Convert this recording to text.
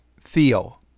Theo